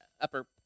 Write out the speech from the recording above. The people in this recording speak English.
upper